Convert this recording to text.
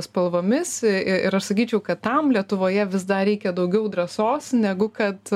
spalvomis ir aš sakyčiau kad tam lietuvoje vis dar reikia daugiau drąsos negu kad